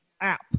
app